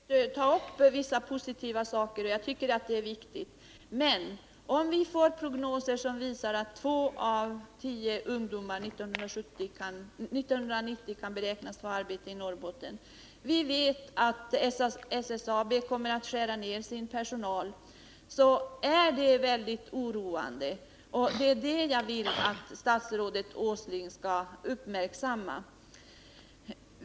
Herr talman! Jag har försökt ta upp vissa positiva saker, för jag tycker att det är viktigt. Men om vi får prognoser som visar att två av tio ungdomar 1990 kan beräknas få arbete i Norrbotten och vi vet att SSAB kommer att skära ner sin personal, så är det väldigt oroande, och det är det jag vill att statsrådet Åsling skall uppmärksamma.